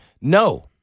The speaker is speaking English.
No